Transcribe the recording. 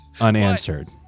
unanswered